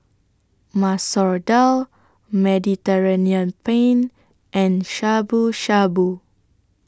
Masoor Dal Mediterranean Penne and Shabu Shabu